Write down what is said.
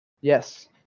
Yes